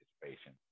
participation